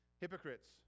hypocrites